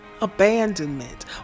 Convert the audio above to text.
abandonment